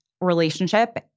relationship